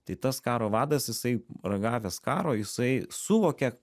tai tas karo vadas jisai ragavęs karo jisai suvokia